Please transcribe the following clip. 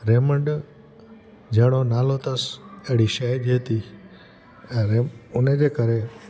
Raymond जहिड़ो नालो अथसि अहिड़ी शइ जे थी ऐं रे उन जे करे